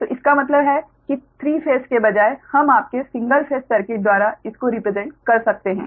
तो इसका मतलब है कि 3 फेस के बजाय हम आपके सिंगल फेस सर्किट द्वारा इसको रीप्रेसेंट कर सकते हैं